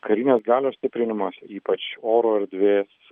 karinės galios stiprinimas ypač oro erdvės